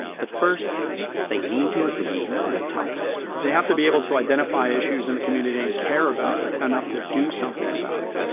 but first they need to agree on a topic. they have to be able to identify issues in the community and care about it enough to do something about it.